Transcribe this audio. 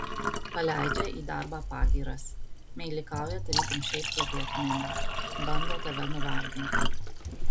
paleidžia į darbą pagyras meilikauja tarytum šiaip plepėtumėme bando tave nuvarginti